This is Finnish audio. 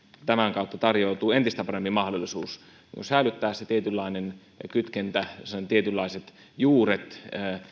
tämän kautta tarjoutuu entistä parempi mahdollisuus säilyttää se tietynlainen kytkentä sellaiset tietynlaiset juuret